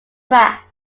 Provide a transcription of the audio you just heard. tracks